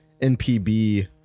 NPB